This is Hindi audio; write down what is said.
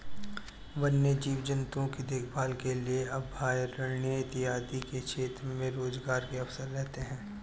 वन्य जीव जंतुओं की देखभाल के लिए अभयारण्य इत्यादि के क्षेत्र में रोजगार के अवसर रहते हैं